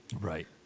right